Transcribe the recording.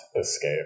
escape